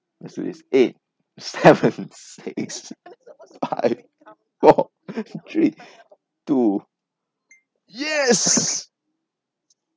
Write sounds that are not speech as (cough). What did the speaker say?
let's do this eight seven (laughs) six five four three two yes